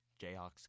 Jayhawks